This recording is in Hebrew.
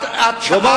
את שאלת, הוא עונה.